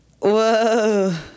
Whoa